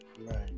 right